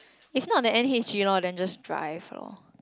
is not the N_H_G loh then just drive loh